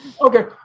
Okay